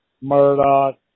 Murdoch